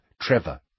Trevor